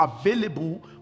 available